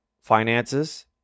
finances